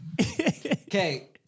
Okay